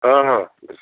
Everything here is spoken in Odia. ହଁ ହଁ